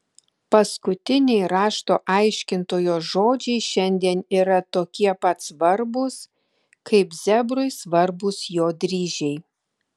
paskutiniai rašto aiškintojo žodžiai šiandien yra tokie pat svarbūs kaip zebrui svarbūs jo dryžiai